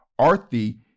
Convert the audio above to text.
Arthi